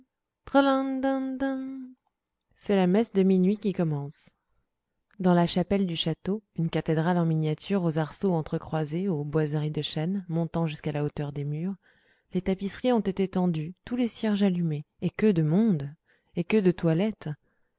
c'est la messe de minuit qui commence dans la chapelle du château une cathédrale en miniature aux arceaux entrecroisés aux boiseries de chêne montant jusqu'à hauteur des murs les tapisseries ont été tendues tous les cierges allumés et que de monde et que de toilettes